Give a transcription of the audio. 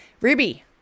ruby